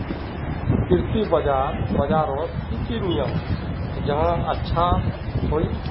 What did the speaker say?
कृषि बाजार बजारोत की की नियम जाहा अच्छा हाई?